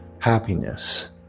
happiness